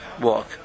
walk